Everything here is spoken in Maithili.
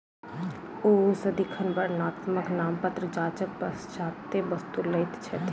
ओ सदिखन वर्णात्मक नामपत्र जांचक पश्चातै वस्तु लैत छथि